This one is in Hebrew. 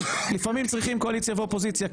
לפעמים צריכים קואליציה ואופוזיציה,